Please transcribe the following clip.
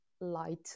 light